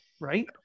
right